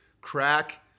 crack